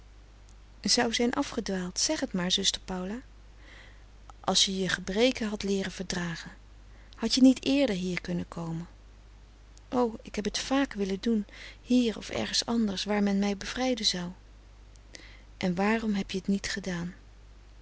zou zijn afgedwaald zeg t maar zuster paula als je je gebreken had leeren verdragen had je niet eerder hier kunnen komen o ik heb t vaak willen doen hier of ergens anders waar men mij bevrijden zou en waarom heb je t niet gedaan